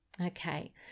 Okay